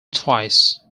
twice